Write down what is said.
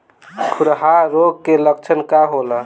खुरहा रोग के लक्षण का होला?